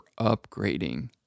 upgrading